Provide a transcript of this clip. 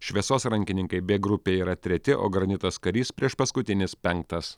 šviesos rankininkai b grupėje yra treti o granitas karys priešpaskutinis penktas